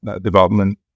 development